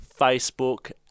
facebook